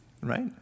right